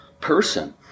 person